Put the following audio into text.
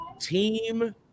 team